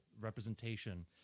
representation